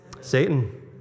Satan